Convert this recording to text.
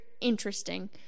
interesting